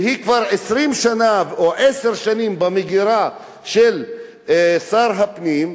והיא כבר 20 שנה או עשר שנים במגירה של שר הפנים,